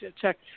check